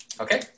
Okay